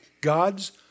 God's